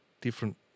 different